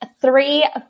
three